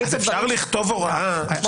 --- אז אפשר לכתוב הוראה --- שנייה,